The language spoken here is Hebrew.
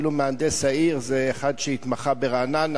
אפילו מהנדס העיר זה אחד שהתמחה ברעננה,